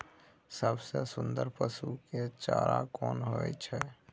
सबसे सुन्दर पसु के चारा कोन होय छै?